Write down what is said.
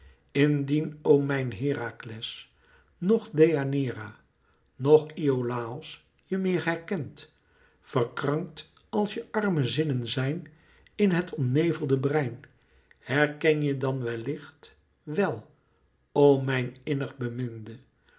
indien o mijn herakles noch deianeira noch iolàos je meer herkent verkrankt als je arme zinnen zijn in het omnevelde brein herken je dan wellicht wel o mijn innig